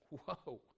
Whoa